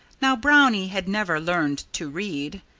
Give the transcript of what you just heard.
now, brownie had never learned to read.